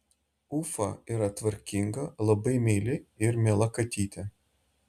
ufa yra tvarkinga labai meili ir miela katytė